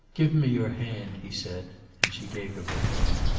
give me your hand, he said and she gave him her hand.